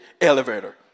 elevator